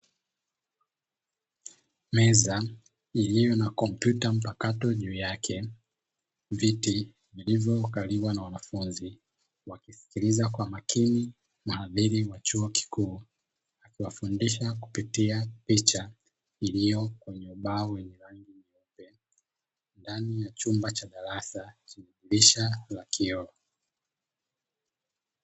Meza iliyo na kompyuta mpakato juu yake, viti vilivyokaliwa na wanafunzi wakisikiliza kwa makini mhadhiri wa chuo kikuu akiwafundisha kupitia picha iliyo kwenye ubao wa rangi nyeupe, ndani ya chumba cha darasa chenye dirisha la kioo.